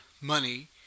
money